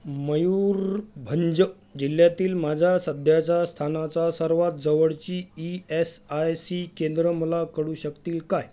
मयूरभंज जिल्ह्यातील माझा सध्याचा स्थानाचा सर्वात जवळची ई एस आय सी केंद्रं मला कळू शकतील काय